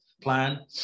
plan